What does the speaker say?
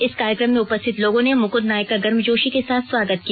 इस कार्यक्रम में उपस्थित लोगों ने मुकुंद नायक का गर्मजोशी के साथ स्वागत किया